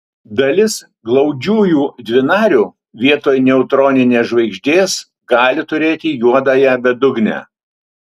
dalis glaudžiųjų dvinarių vietoj neutroninės žvaigždės gali turėti juodąją bedugnę